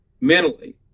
mentally